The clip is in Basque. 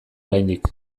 oraindik